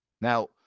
Now